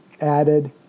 added